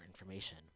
information